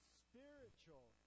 spiritual